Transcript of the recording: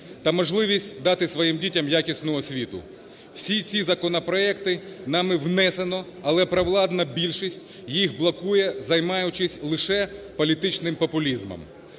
та можливість дати своїм дітям якісну освіту. Всі ці законопроекти нами внесено, але провладна більшість їх блокує, займаючись лише політичним популізмом.